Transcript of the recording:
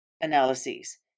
analyses